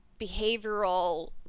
behavioral